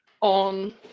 on